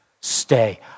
Stay